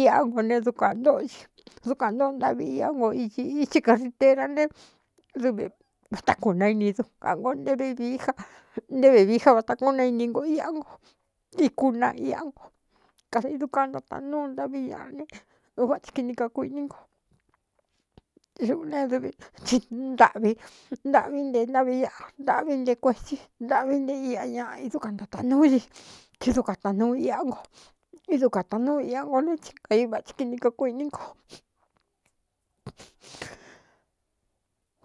iꞌá ngo ne dukān ntóꞌo di dukuān ntóꞌo ntaꞌvi iá no iti iti karitera nté dvi vata kūna ini duka ngō nté vevií ja nté vevií já vata kúūn na ini no iá nko ikuna iá nko kadā idu ka ntotaꞌa núu ntaꞌví ñaꞌa ne uva tsi kini kakuní nko uꞌune dvi tsi ntāꞌvi ntāꞌvi nte ntaꞌvi ñáꞌa ntaꞌvi nte kuetí ntaꞌvi nte ia ñaꞌ i dukan ntotāꞌanúú di ti duka taanuu iá nko i du kā taꞌanúu ia ngo né tsi kaí váti kini ka kuní nko.